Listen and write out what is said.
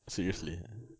seriously